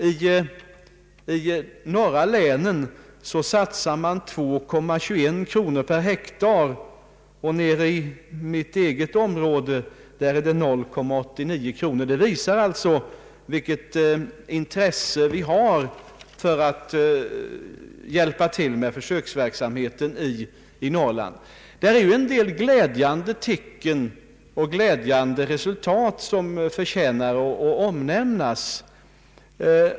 I de norra länen satsar man 2,21 kronor per hektar, medan motsvarande siffra nere i mitt eget område är 0,89 kronor. Detta visar vilket intresse vi har för att hjälpa till med försöksverksamheten i Norrland. Det finns en del glädjande tecken och glädjande resultat som förtjänar att omnämnas.